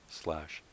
slash